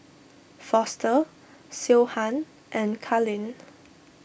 Foster Siobhan and Karlene